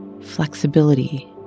flexibility